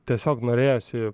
tiesiog norėjosi